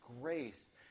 grace